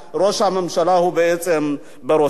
ראש הממשלה הוא בעצם בראשם.